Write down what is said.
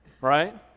Right